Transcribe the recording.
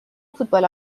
فوتبال